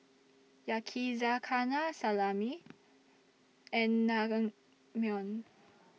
Yakizakana Salami and Naengmyeon